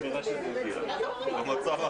תודה רבה.